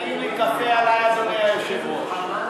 קפה עלי, אדוני היושב-ראש.